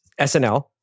SNL